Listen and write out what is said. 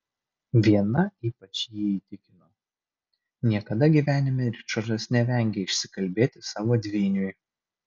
viena ypač jį įtikino niekada gyvenime ričardas nevengė išsikalbėti savo dvyniui